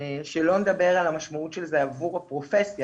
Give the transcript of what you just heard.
שלא לדבר על המשמעות של זה עבור הפרופסיה